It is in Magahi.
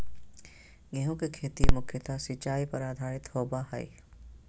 गेहूँ के खेती मुख्यत सिंचाई पर आधारित होबा हइ